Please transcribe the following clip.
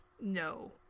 No